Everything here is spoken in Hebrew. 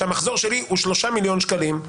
שהמחזור שלי הוא שלושה מיליון שקלים.